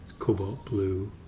cobalt blue.